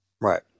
Right